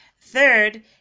Third